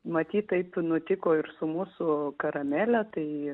matyt taip nutiko ir su mūsų karamele tai